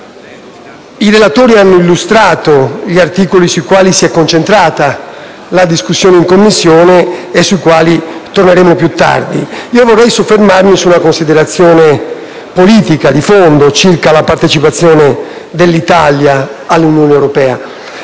I relatori hanno illustrato gli articoli sui quali si è concentrata la discussione in Commissione, e sui quali torneremo più tardi. Vorrei ora soffermarmi su una considerazione politica di fondo circa la partecipazione dell'Italia all'Unione europea.